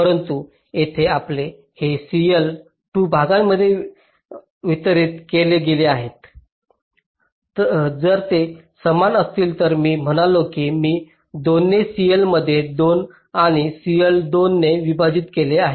परंतु येथे आपण हे CL 2 भागांमध्ये वितरित केले आहेत जर ते समान असतील तर मी म्हणालो की मी 2 ने CL मध्ये 2 आणि CL 2 ने विभाजित केले आहे